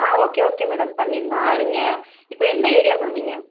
okay okay madam பண்ணிவிடலாம் நீங்கள் இப்போ எந்த ஏரியா மேம் நீங்கள்